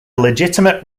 legitimate